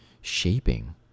shaping